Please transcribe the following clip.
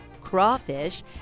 crawfish